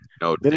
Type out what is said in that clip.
no